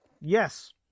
Yes